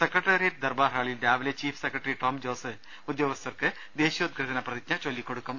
secretariat Darbar ഹാളിൽ രാവിലെ chief secretary Tom Jose ഉദ്യോഗസ്ഥർക്ക് ദേശീയോദ്ഗ്ര ഥന പ്രതിജ്ഞ ചൊല്ലിക്കൊടുക്കും